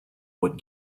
what